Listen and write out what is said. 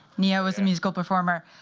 ne-yo was the musical performer.